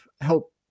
help